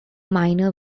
minor